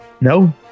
no